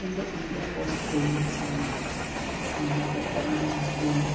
എൻ്റെ India post payments bank അക്കൗണ്ടിൽ എത്ര പണം ബാക്കിയുണ്ട്